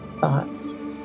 thoughts